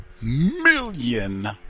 million